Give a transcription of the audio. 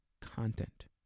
content